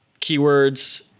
keywords